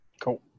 cool